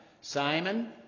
Simon